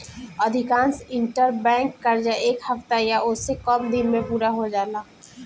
अधिकांश इंटरबैंक कर्जा एक हफ्ता या ओसे से कम दिन में पूरा हो जाला